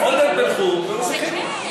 עודד בן-חור ועוזי חיטמן.